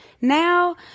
Now